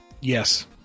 Yes